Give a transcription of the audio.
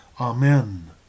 amen